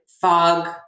fog